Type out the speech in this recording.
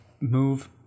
move